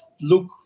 look